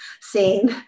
scene